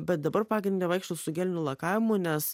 bet dabar pagrinde vaikštau su geliniu lakavimu nes